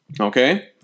Okay